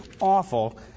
awful